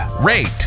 rate